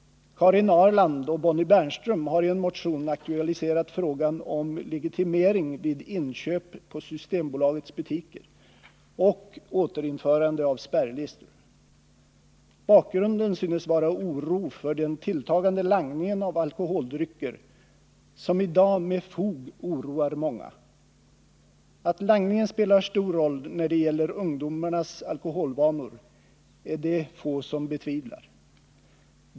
Karin Ahrland och Bonnie Bernström har i en motion aktualiserat frågan om legitimering vid inköp på Systembolagets butiker och återinförande av spärrlistor. Bakgrunden synes vara oro för den tilltagande langningen av alkoholdrycker, som i dag med fog oroar många. Att langningen spelar stor roll när det gäller ungdomarnas alkoholvanor är det få som betvivlar.